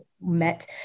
met